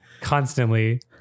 Constantly